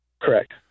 Correct